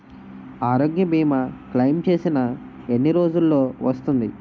ఆరోగ్య భీమా క్లైమ్ చేసిన ఎన్ని రోజ్జులో వస్తుంది?